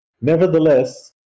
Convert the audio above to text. Nevertheless